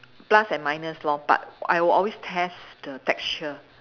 plus and minus lor but I will always test the texture